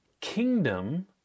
kingdom